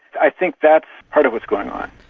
i think that's part of what's going on.